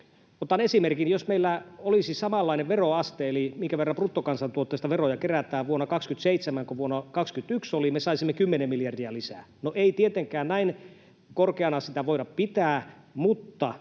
Otan esimerkin: Jos meillä olisi samanlainen veroaste, eli se, minkä verran bruttokansantuotteesta veroja kerätään, vuonna 27 kuin vuonna 21 oli, me saisimme kymmenen miljardia lisää. No, ei tietenkään näin korkeana sitä voida pitää, mutta